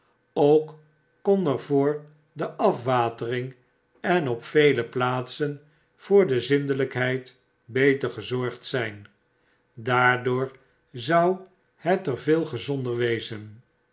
ook kon er voor de afwatcring en op vele plaatsen voor de zindelykheid beter gezorgd zp daardoor zou het er veel gezonder wezen